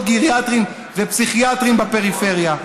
גריאטריים ופסיכיאטריים בפריפריה.